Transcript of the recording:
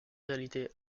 réalité